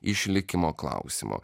išlikimo klausimu